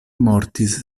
mortis